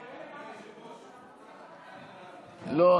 לא,